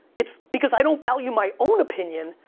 it's because, i don't value my own opinion,